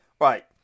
Right